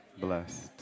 blessed